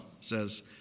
says